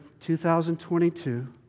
2022